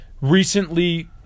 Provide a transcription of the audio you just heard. recently